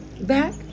back